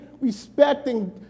respecting